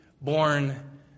born